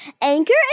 Anchor